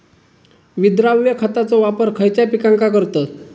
विद्राव्य खताचो वापर खयच्या पिकांका करतत?